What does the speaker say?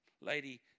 lady